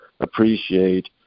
appreciate